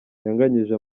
yanganyije